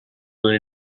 donné